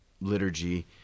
liturgy